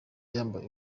yambaye